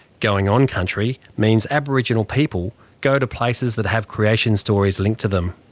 going on country means aboriginal people go to places that have creation stories linked to them.